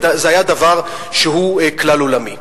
זה היה דבר שהוא כלל-עולמי.